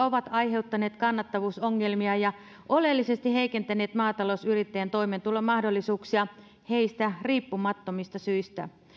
ovat aiheuttaneet kannattavuusongelmia ja oleellisesti heikentäneet maatalousyrittäjien toimeentulomahdollisuuksia heistä riippumattomista syistä